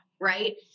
right